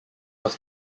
was